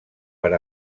per